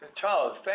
Charles